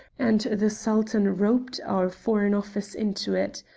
and the sultan roped our foreign office into it.